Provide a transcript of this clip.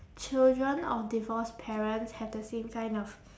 children of divorced parents have the same kind of